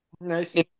Nice